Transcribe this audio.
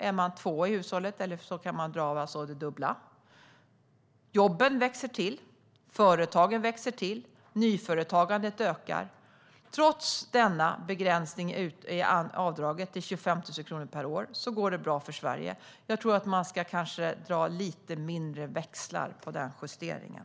Är det två i hushållet kan de dra av det dubbla. Jobben växer till. Företagen växer till. Nyföretagandet ökar. Trots denna begränsning i avdraget - det är 25 000 kronor per år - går det bra för Sverige. Jag tror att man kanske ska dra lite mindre växlar i fråga om den justeringen.